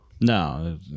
No